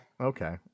Okay